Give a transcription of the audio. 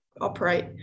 operate